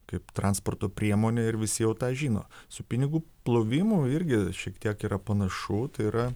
kaip transporto priemonė ir visi jau tą žino su pinigų plovimu irgi šiek tiek yra panašu tai yra